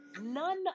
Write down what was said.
none